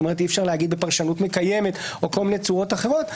כלומר אי אפשר לומר בפרשנות מקיימת או כל מיני צורות אחרות,